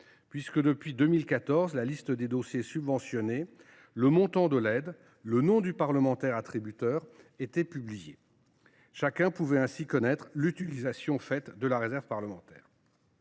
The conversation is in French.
puisque, depuis 2014, la liste des dossiers subventionnés, le montant de l’aide et le nom du parlementaire qui en était à l’origine étaient publiés. Chacun pouvait ainsi connaître l’utilisation faite de la réserve parlementaire.